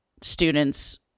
students